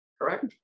Correct